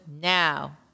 now